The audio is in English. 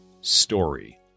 story